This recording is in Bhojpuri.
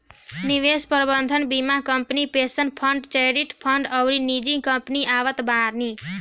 निवेश प्रबंधन बीमा company, pension fund, charity fund अउरी निजी कंपनी आवत बानी